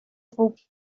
vos